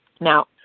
now